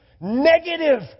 negative